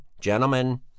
Gentlemen